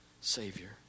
Savior